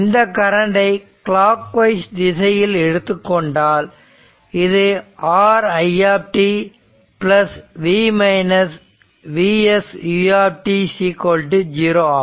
இந்த கரண்ட்டை clockwise திசையில் எடுத்துக்கொண்டால் இது Ri V Vs u 0 ஆகும்